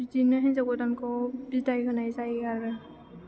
बिदियैनो हिनजाव गोदानखौ बिदाय होनाय जायो आरो